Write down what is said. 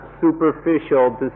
superficial